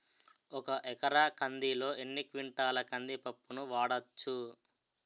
ఒక ఎకర కందిలో ఎన్ని క్వింటాల కంది పప్పును వాడచ్చు?